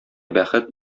бәхет